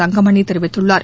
தங்கமணி தெரிவித்துள்ளார்